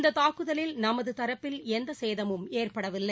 இந்த தாக்குதலில் நமது தரப்பில் எந்த சேதமும் ஏற்படவில்லை